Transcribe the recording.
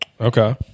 Okay